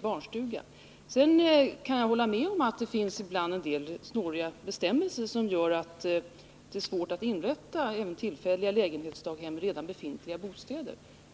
barnstuga. Sedan kan jag hålla med om att det finns en del snåriga bestämmelser som gör att det är svårt att inrätta även tillfälliga lägenhetsdaghem i befintliga bostäder.